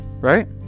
right